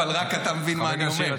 אבל רק אתה מבין מה אני אומר.